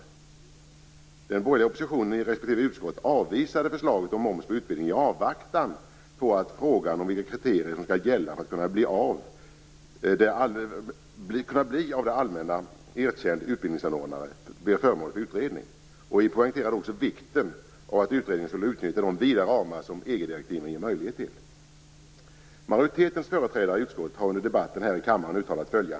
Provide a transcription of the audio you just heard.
Vi i den borgerliga oppositionen i respektive utskott avvisade förslaget om moms på utbildning. Detta gjorde vi i avvaktan på att frågan om vilket kriterium som skall gälla för att en utbildningsanordnare skall kunna bli erkänd av det allmänna skulle bli föremål för utredning. Vi poängterade också vikten av att utredningen skulle utnyttja de vida ramar som EG-direktiven ger möjlighet till. Jag skall återge några uttalanden från majoritetens företrädare i utskottet under debatten här i kammaren.